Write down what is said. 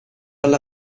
alla